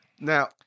Now-